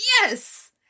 yes